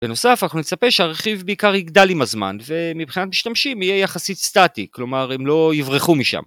בנוסף אנחנו נצפה שהרכיב בעיקר יגדל עם הזמן ומבחינת משתמשים יהיה יחסית סטטי, כלומר הם לא יברחו משם